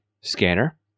scanner